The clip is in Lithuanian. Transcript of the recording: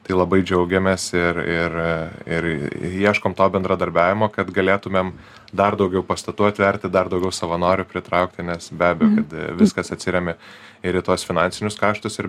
tai labai džiaugiamės ir ir ir ir ieškom to bendradarbiavimo kad galėtumėm dar daugiau pastatų atverti dar daugiau savanorių pritraukti nes be abejo kad viskas atsiremia ir į tuos finansinius kaštus ir